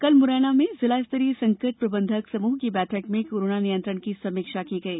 कल मुरैना में जिलास्तरीय संकट प्रबंधक समृह की बैठक में कोरोना नियंत्रण की समीक्षा की गई